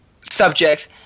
subjects